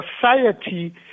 society